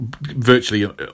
virtually